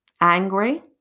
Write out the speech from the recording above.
Angry